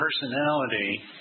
personality